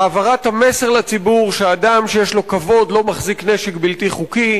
העברת המסר לציבור שאדם שיש לו כבוד לא מחזיק נשק בלתי חוקי,